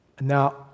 Now